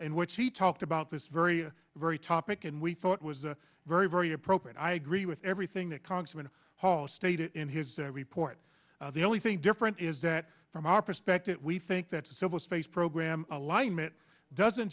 which he talked about this very very topic and we thought it was a very very appropriate i agree with everything that congressman hall stated in his report the only thing different is that from our perspective we think that civil space program alignment doesn't